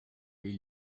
les